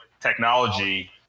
technology